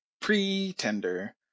Pretender